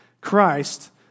Christ